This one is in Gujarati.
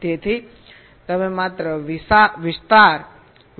તેથી અમે માત્ર વિસ્તાર